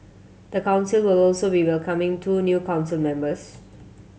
the council will also be welcoming two new council members